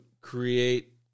create